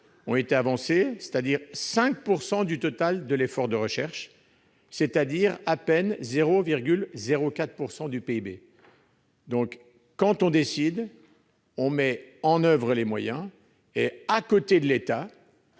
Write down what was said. a été avancée, c'est-à-dire 5 % du total de l'effort de recherche, soit à peine 0,04 % du PIB. Par conséquent, quand on décide, on met en oeuvre les moyens et, à côté de l'État,